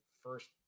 first